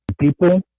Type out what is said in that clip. people